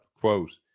quote